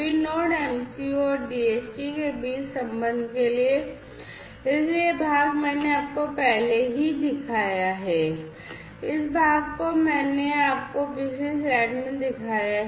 फिर Node MCU और DHT के बीच संबंध के लिए इसलिए यह भाग मैंने आपको पहले ही दिखाया है इस भाग को मैंने आपको पिछली स्लाइड में दिखाया है